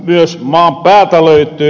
myös maan päältä löytyy